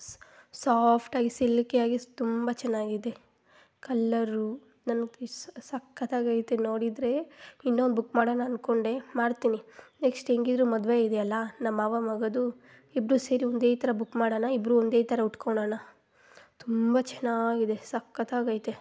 ಸ ಸಾಫ್ಟಾಗಿ ಸಿಲ್ಕಿ ಆಗಿ ತುಂಬ ಚೆನ್ನಾಗಿದೆ ಕಲ್ಲರು ನನ್ನ ಗಿಸ್ ಸಕ್ಕತ್ತಾಗೈತೆ ನೋಡಿದ್ರೆ ಇನ್ನೊಂದು ಬುಕ್ ಮಾಡೋಣ ಅಂದ್ಕೊಂಡೆ ಮಾಡ್ತೀನಿ ನೆಕ್ಸ್ಟ್ ಹೆಂಗಿದ್ರು ಮದ್ವೆ ಇದೆ ಅಲ್ಲ ನಮ್ಮ ಮಾವ ಮಗಂದು ಇಬ್ರೂ ಸೇರಿ ಒಂದೇ ಥರ ಬುಕ್ ಮಾಡೋಣ ಇಬ್ರೂ ಒಂದೇ ಥರ ಉಟ್ಕೋಳೋಣ ತುಂಬ ಚೆನ್ನಾಗಿದೆ ಸಕ್ಕತ್ತಾಗೈತೆ